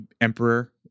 emperor